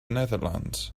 netherlands